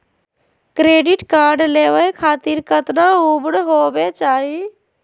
Credit card लेवे खातीर कतना उम्र होवे चाही?